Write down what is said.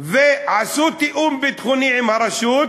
ועשו תיאום ביטחוני עם הרשות,